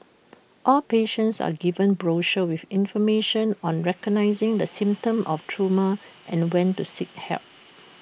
all patients are given brochures with information on recognising the symptoms of trauma and when to seek help